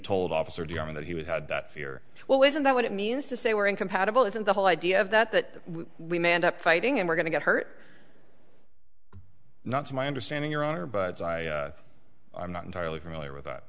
told officer during that he would had that fear well isn't that what it means to say we're incompatible isn't the whole idea of that that we may end up fighting and we're going to get hurt not to my understanding your honor but i'm not entirely familiar with